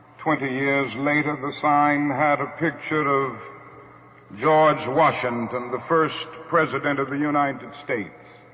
twenty years later, the sign had a picture of george washington, the first president of the united states.